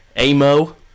Amo